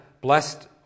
blessed